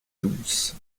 douce